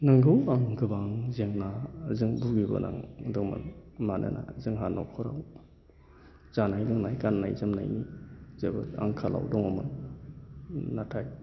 नंगौ आं गोबां जेंनाजों बुगिबोनांदोंमोन मानोना जोंहा न'खराव जानाय लोंनाय गाननाय जोमनायनि जोबोद आंखालाव दङमोन नाथाय